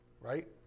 Right